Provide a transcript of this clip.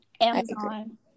Amazon